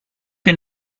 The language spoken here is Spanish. que